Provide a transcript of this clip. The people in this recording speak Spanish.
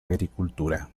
agricultura